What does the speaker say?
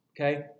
okay